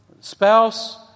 spouse